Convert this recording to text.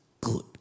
good